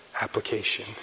application